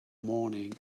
morning